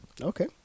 Okay